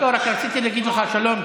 רק רציתי להגיד לך שלום.